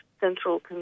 central